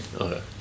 Okay